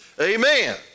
Amen